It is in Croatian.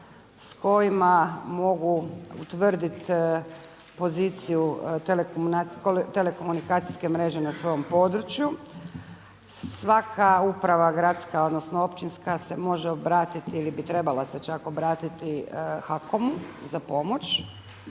s kojima mogu utvrdit poziciju telekomunikacijske mreže na svom području. Svaka uprava gradska, odnosno općinska se može obratiti ili bi trebala se čak obratiti HAKOM-u za pomoć.